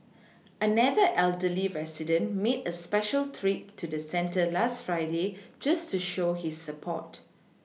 another elderly resident made a special trip to the centre last Friday just to show his support